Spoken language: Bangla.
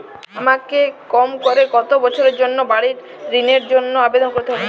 আমাকে কম করে কতো বছরের জন্য বাড়ীর ঋণের জন্য আবেদন করতে হবে?